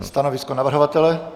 Stanovisko navrhovatele?